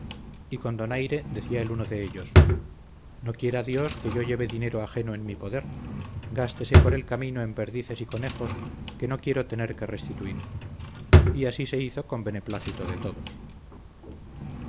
y con donaire decía el uno de ellos no quiera dios que yo lleve dinero ajeno en mi poder gástese por el camino en perdices y conejos que no quiero tener que restituir y así se hizo con beneplácito de todos